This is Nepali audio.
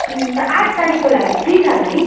हुन्छ आठ तारिकको लागि फ्री छ होला नि